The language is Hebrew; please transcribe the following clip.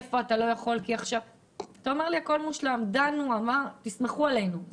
אתה אומר שהכול מושלם ושנסמוך עליכם.